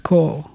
Call